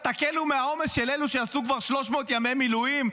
תקלו את העומס של אלו שעשו כבר 300 ימי מילואים,